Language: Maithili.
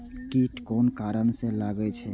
कीट कोन कारण से लागे छै?